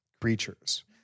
creatures